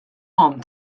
omm